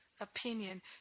opinion